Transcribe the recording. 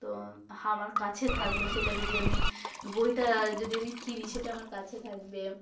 তো আমার কাছে থাকলো সেটা যদি আমি বইটা যদি আমি কিনি সেটা আমার কাছে থাকবে